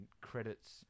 credits